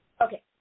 Okay